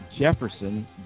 Jefferson